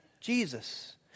Jesus